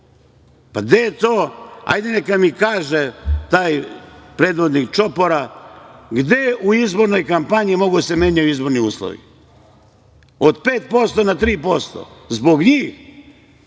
prešli cenzus. Hajde, neka mi kaže taj predvodnik čopora, gde u izbornoj kampanji mogu da se menjaju izborni uslovi? Od 5% na 3% zbog njih.